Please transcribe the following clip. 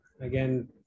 again